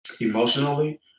emotionally